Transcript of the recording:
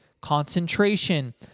concentration